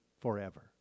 forever